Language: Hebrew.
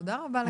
תודה רבה.